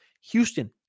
Houston